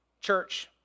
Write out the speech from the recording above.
church